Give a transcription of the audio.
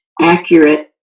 accurate